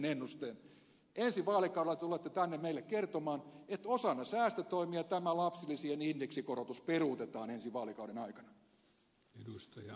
ensi vaalikaudella te tulette tänne meille kertomaan että osana säästötoimia tämä lapsilisien indeksikorotus peruutetaan ensi vaalikauden aikana